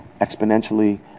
exponentially